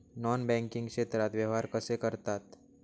Non banking क्षेत्रात व्यवहार कसे करतात?